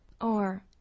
Or—